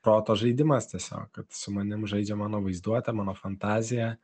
proto žaidimas tiesiog kad su manim žaidžia mano vaizduotė mano fantazija